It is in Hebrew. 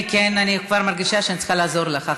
כן, אני כבר מרגישה שאני צריכה לעזור לך.